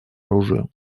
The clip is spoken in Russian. оружию